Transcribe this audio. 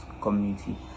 community